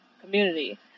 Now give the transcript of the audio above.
community